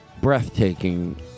breathtaking